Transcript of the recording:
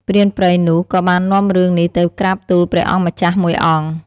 ព្រានព្រៃនោះក៏បាននាំរឿងនេះទៅក្រាបទូលព្រះអង្គម្ចាស់មួយអង្គ ។